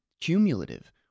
cumulative